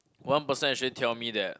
one person actually tell me that